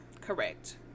Correct